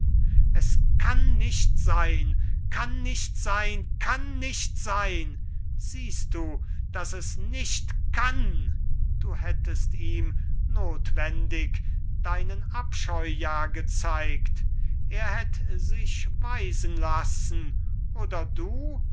es kann nicht sein kann nicht sein kann nicht sein siehst du daß es nicht kann du hättest ihm notwendig deinen abscheu ja gezeigt er hätt sich weisen lassen oder du